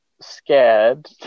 scared